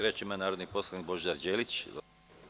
Reč ima narodni poslanik Božidar Đelić.